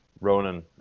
Ronan